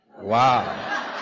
Wow